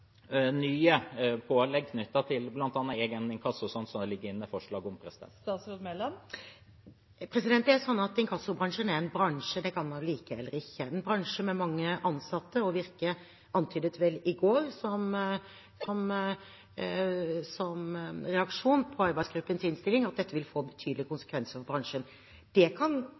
nye pålegg bl.a. knyttet til egen inkasso, slik det ligger inne forslag om? Inkassobransjen er en bransje – det kan man like, eller ikke – en bransje med mange ansatte. Virke antydet i går, som reaksjon på arbeidsgruppens innstilling, at dette vil få betydelige konsekvenser for bransjen. Det kan